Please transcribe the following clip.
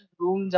room